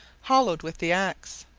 hollowed with the axe.